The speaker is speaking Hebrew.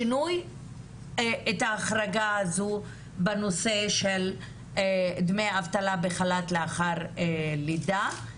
שינוי ההחרגה הזו בנושא של דמי אבטלה בחל"ת לאחר לידה.